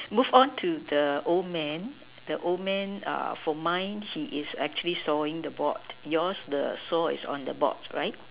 move on to the old man the old man for mine he is actually sawing the board yours the saw is on the board right